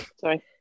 Sorry